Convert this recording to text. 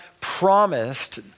promised